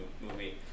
movie